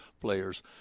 players